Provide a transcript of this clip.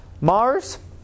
Mars